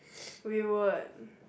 we would